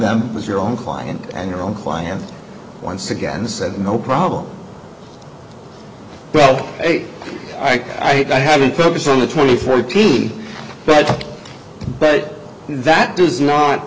them was your own client and your own client once again said no problem well i think i hadn't focused on the twenty four key but but that does not